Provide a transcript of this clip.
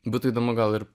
būtų įdomu gal ir